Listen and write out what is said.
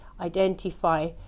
identify